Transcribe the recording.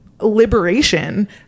liberation